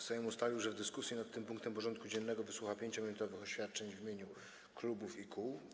Sejm ustalił, że w dyskusji nad tym punktem porządku dziennego wysłucha 5-minutowych oświadczeń w imieniu klubów i kół.